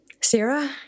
Sarah